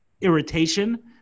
irritation